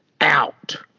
out